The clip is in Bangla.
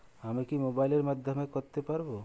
আমি কি মোবাইলের মাধ্যমে করতে পারব?